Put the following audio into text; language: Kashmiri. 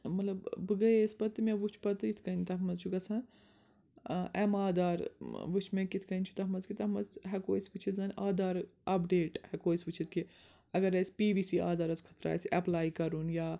مطلب ٲں بہٕ گٔیس پتہٕ تہٕ مےٚ وُچھ پتہٕ یِتھ کٔنۍ تتھ منٛز چھُ گَژھان ٲں ایٚم آدھار ٲں وُچھ مےٚ کِتھ کٕنۍ چھُ تتھ منٛز کہِ تتھ منٛز ہیٚکو أسۍ وُچھتھ زن آدھار اپڈیٹ ہیٚکو أسۍ وُچھتھ کہِ اگر اسہِ پی وی سی آدھارس خٲطرٕ آسہِ ایٚپلاے کَرُن یا